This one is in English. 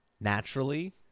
naturally